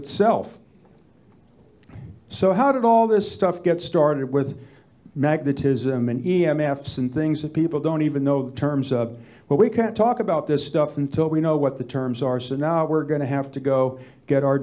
itself so how did all this stuff get started with magnetism and e m f some things that people don't even know the terms of but we can't talk about this stuff until we know what the terms are sanaa we're going to have to go get our